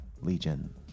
Legion